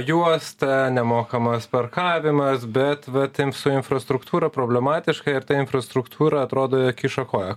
juosta nemokamas parkavimas bet vat su infrastruktūra problematiška ir ta infrastruktūra atrodo kiša koją